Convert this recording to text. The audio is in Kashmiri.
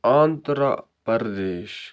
آندھرا پردیش